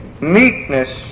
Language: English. meekness